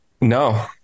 No